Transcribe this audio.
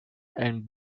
and